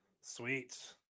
Sweet